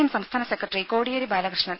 M സംസ്ഥാന secretary Kodiyeri Balakrishnan